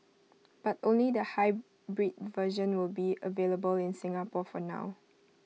but only the hybrid version will be available in Singapore for now